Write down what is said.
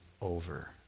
over